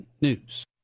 News